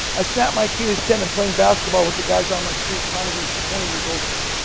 i snap my achilles tendon playing basketball with the guys on my street trying to be twenty years old again.